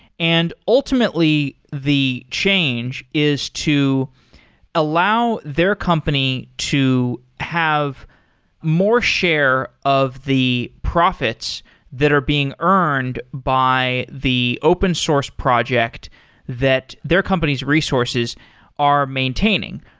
and ultimately, the change is to allow their company to have more share of the profits that are being earned by the open source project that their company's resources are maintaining,